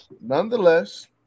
Nonetheless